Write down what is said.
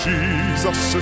Jesus